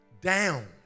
down